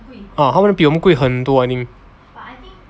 ah 他的比我们的贵很多 leh